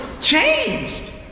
changed